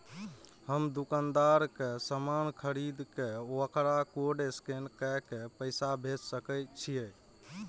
हम दुकानदार के समान खरीद के वकरा कोड स्कैन काय के पैसा भेज सके छिए?